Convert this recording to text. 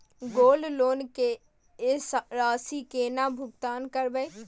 Gold loan के राशि केना भुगतान करबै?